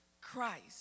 Christ